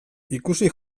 ikusi